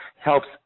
helps